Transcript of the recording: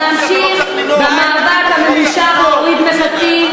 להמשיך במאבק הממושך להורדת מכסים,